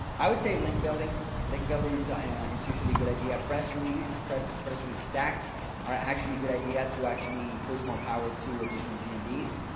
i would say link building link building so it's usually a good idea press release, press press release stacks are actually a good idea to actually push more power to additional gmps.